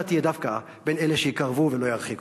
אתה תהיה דווקא בין אלה שיקרבו ולא ירחיקו.